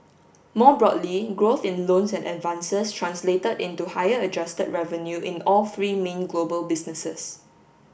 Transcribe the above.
more broadly growth in loans and advances translated into higher adjusted revenue in all three main global businesses